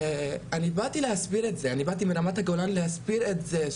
אני באתי מרמת הגולן כדי להסביר את זה,